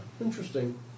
interesting